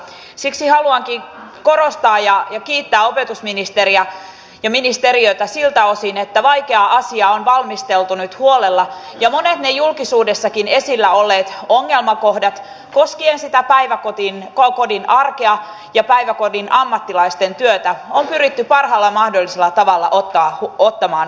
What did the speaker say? siksi haluankin korostaa ja kiittää opetusministeriä ja ministeriötä että vaikea asia on valmisteltu nyt huolella ja monet ne julkisuudessakin esillä olleet ongelmakohdat koskien sitä päiväkodin arkea ja päiväkodin ammattilaisten työtä on pyritty parhaalla mahdollisella tavalla ottamaan huomioon